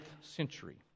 century